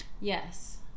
Yes